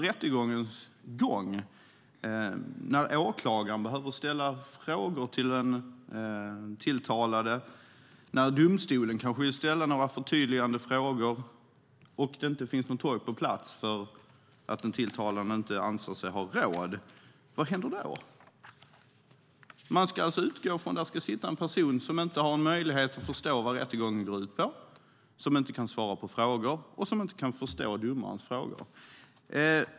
Om åklagaren behöver ställa frågor till den tilltalade under rättegången eller om domstolen vill ställa några frågor för att tydliggöra och det inte finns någon tolk på plats för att den tilltalade inte anser sig ha råd - vad händer då? Man ska alltså utgå från att det ska sitta en person där som inte har någon möjlighet att förstå vad rättegången går ut på, som inte kan svara på frågor och som inte kan förstå domarens frågor.